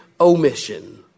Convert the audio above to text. Omission